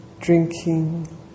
drinking